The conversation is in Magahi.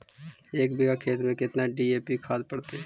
एक बिघा खेत में केतना डी.ए.पी खाद पड़तै?